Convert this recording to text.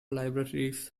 libraries